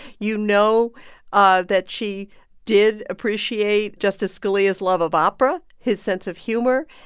you know ah that she did appreciate justice scalia's love of opera, his sense of humor.